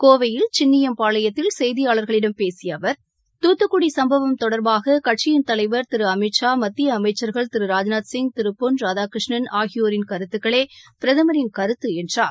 கோவையில் சின்னியம்பாளையத்தில் செய்தியாளர்களிடம் பேசிய அவர் தூத்துக்குடி சும்பவம் தொடர்பாக கட்சியின் தலைவர் திரு அமித் ஷா மத்திய அமைச்சர்கள் திரு ராஜ்நாத் சிங் திரு பொன் ராதாகிருஷ்ணன் ஆகியோரின் கருத்துக்களே பிரதமரின் கருத்து என்றார்